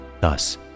Thus